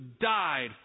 died